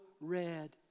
red